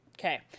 Okay